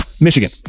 Michigan